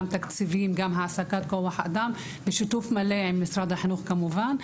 גם תקציבים וגם העסקת כוח אדם בשיתוף מלא עם משרד החינוך כמובן.